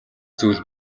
зүйл